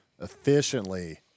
efficiently –